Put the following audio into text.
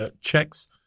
checks